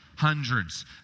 Hundreds